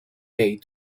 way